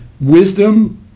wisdom